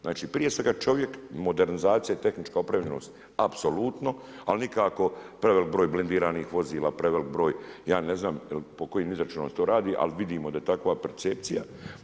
Znači, prije svega čovjek, modernizacija i tehnička opremljenost, apsolutno, ali nikako preveliki broj blindiranih vozila, preveliki broj, ja ne znam, po kojim izračunima to radi ali vidimo da je takva percepcija.